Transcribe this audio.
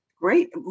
Great